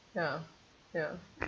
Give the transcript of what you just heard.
ya ya